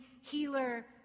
healer